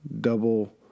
Double